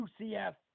UCF